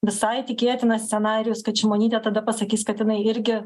visai tikėtinas scenarijus kad šimonytė tada pasakys kad jinai irgi